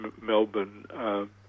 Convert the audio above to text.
Melbourne